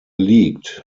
liegt